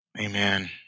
Amen